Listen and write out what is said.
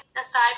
Aside